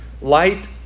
light